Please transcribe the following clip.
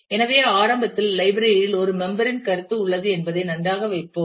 எனவே ஆரம்பத்தில் லைப்ரரி இல் ஒரு மெம்பர் இன் கருத்து உள்ளது என்பதை நன்றாக வைப்போம்